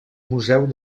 museu